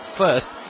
first